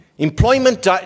Employment